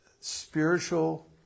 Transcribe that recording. spiritual